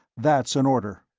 that's an order.